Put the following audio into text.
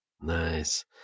Nice